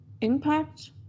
Impact